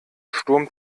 sturm